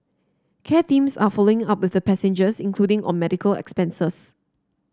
care teams are following up with the passengers including on medical expenses